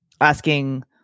asking